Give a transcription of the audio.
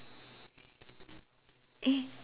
eh